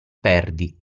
perdi